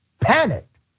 panicked